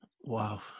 Wow